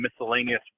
miscellaneous